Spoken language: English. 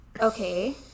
Okay